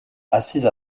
assise